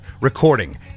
recording